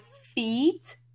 feet